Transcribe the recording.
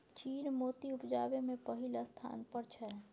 चीन मोती उपजाबै मे पहिल स्थान पर छै